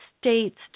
states